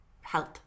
health